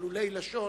תעלולי לשון